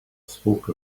spoke